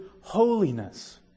holiness